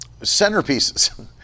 centerpieces